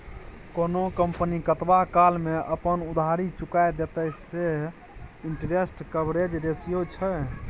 कोनो कंपनी कतबा काल मे अपन उधारी चुका देतेय सैह इंटरेस्ट कवरेज रेशियो छै